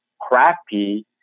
crappy